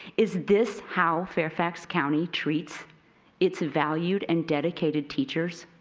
is this how fairfax county treats its valued and dedicated teachers?